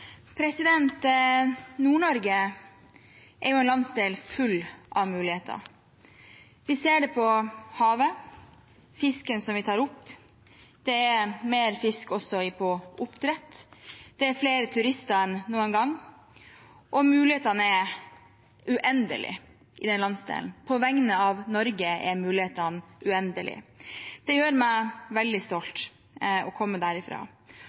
havet og fisken som vi tar opp, og det er mer fisk også fra oppdrett. Det er flere turister enn noen gang. Mulighetene er uendelige i denne landsdelen – på vegne av Norge er mulighetene uendelige. Det gjør meg veldig stolt å komme